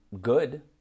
good